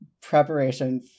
preparation